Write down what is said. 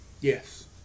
yes